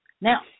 Now